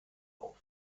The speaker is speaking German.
auf